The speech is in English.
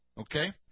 Okay